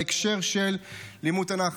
בהקשר של לימוד התנ"ך.